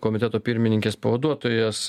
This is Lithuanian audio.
komiteto pirmininkės pavaduotojas